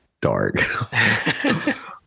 dark